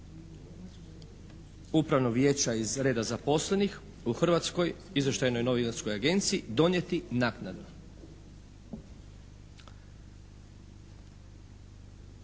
Upravnog vijeća iz reda zaposlenih u Hrvatskoj izvještajnoj novinskoj agenciji donijeti naknadno.